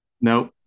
Nope